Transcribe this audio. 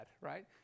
right